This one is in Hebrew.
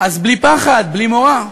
אז בלי פחד ובלי מורא.